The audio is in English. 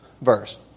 verse